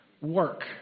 Work